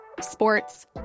sports